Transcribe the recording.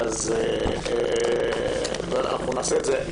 ואנחנו נעשה את זה.